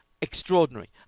Extraordinary